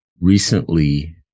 recently